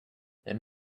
and